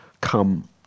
come